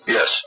Yes